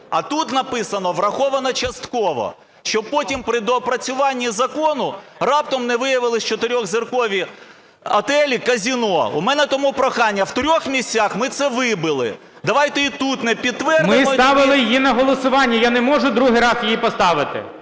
А тут написано, враховано частково, щоб потім при доопрацюванні закону раптом не виявились чотирьохзіркові готелі, казино. У мене тому прохання. В трьох місцях ми це вибили, давайте і тут не... ГОЛОВУЮЧИЙ. Ми ставили її на голосування, я не можу другий раз її поставити.